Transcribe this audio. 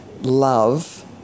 love